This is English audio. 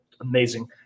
amazing